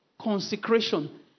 Consecration